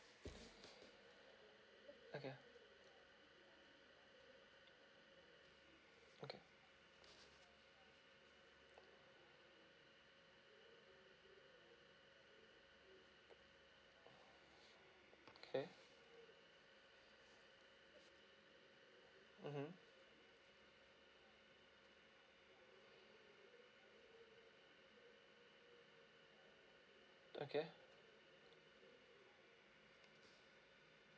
okay okay okay mmhmm okay